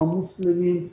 המוסלמים,